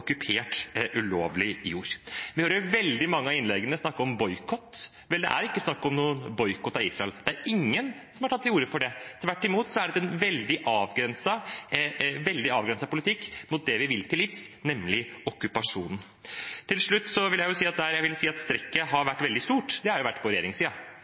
ulovlig okkupert jord. Vi hører at man i veldig mange av innleggene snakker om boikott. Vel, det er ikke snakk om noen boikott av Israel. Det er ingen som har tatt til orde for det. Tvert imot er dette en veldig avgrenset politikk mot det vi vil livs, nemlig okkupasjonen. Til slutt vil jeg si at der strekket har vært veldig stort, er på regjeringssiden, og jeg